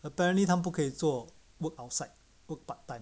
apparently 他们不可以做 work outside work part time